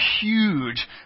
huge